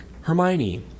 Hermione